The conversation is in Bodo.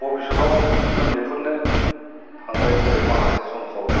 भबिसदाव उन्दैफोरनो थांलाय फैलाय माखासे समफ्राव